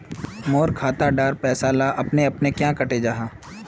मोर खाता डार पैसा ला अपने अपने क्याँ कते जहा?